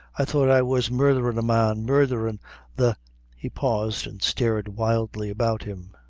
i thought i was murdherin' a man murdherin' the he paused, and stared wildly about him.